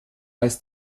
als